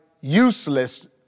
useless